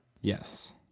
Yes